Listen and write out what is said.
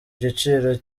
giciro